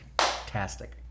Fantastic